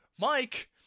Mike